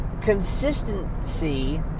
consistency